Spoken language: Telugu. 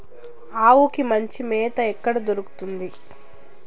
ఆవులకి మంచి మేత ఎక్కడ దొరుకుతుంది?